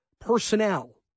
personnel